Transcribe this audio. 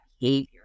behavior